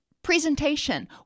Presentation